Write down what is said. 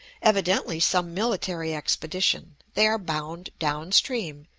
evidently some military expedition they are bound down stream,